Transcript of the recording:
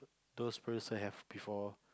those peers I have before